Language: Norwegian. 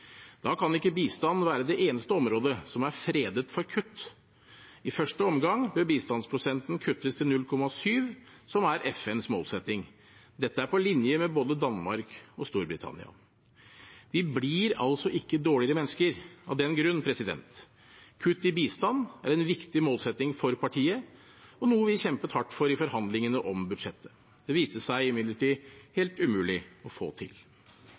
Da kan ikke bistand være det eneste området som er fredet for kutt. I første omgang bør bistandsprosenten kuttes til 0,7, som er FNs målsetting. Dette er på linje med både Danmark og Storbritannia. Vi blir altså ikke dårligere mennesker av den grunn. Kutt i bistand er en viktig målsetting for Fremskrittspartiet, og noe vi kjempet hardt for i forhandlingene om budsjettet. Det viste seg imidlertid helt umulig å få til.